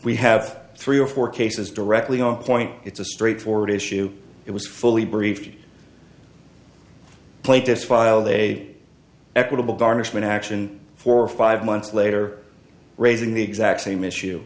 we have three or four cases directly on point it's a straightforward issue it was fully briefed played this file day equitable garnishment action for five months later raising the exact same issue